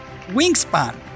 Wingspan